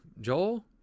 Joel